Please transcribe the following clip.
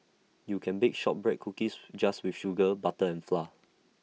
you can bake Shortbread Cookies just with sugar butter and flour